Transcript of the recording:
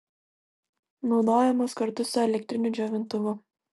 naudojamos kartu su elektriniu džiovintuvu